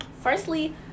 Firstly